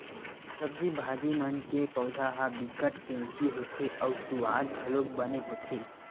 सब्जी भाजी मन के पउधा ह बिकट केवची होथे अउ सुवाद घलोक बने होथे